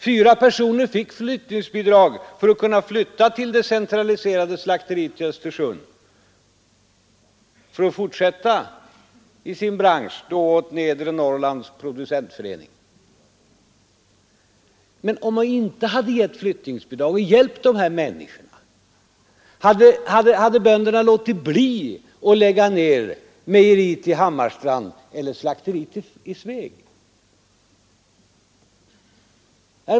Fyra fick flyttningsbidrag för att kunna flytta till det centraliserade slakteriet i Östersund för att fortsätta i sin bransch, då åt Nedre Norrlands Producentförening. Hade bönderna låtit bli att lägga ner mejeriet i Hammarstrand och slakteriet i Sveg, om vi inte hade gett flyttningsbidrag till de här människorna?